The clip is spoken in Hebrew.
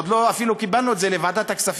עוד לא קיבלנו את זה אפילו לוועדת הכספים,